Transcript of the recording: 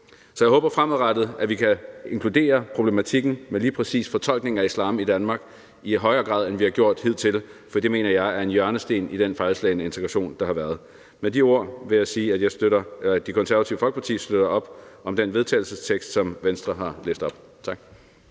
Så jeg håber, at vi fremadrettet kan inkludere problematikken med lige præcis fortolkningen af islam i Danmark i højere grad, end vi har gjort hidtil, for det mener jeg er en hjørnesten i den fejlslagne integration, der har været. Med de ord vil jeg sige, at Det Konservative Folkeparti støtter op om det forslag til vedtagelse, som Venstre har læst op. Tak.